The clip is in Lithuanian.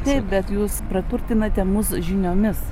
taip bet jūs praturtinate mus žiniomis